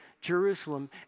Jerusalem